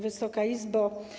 Wysoka Izbo!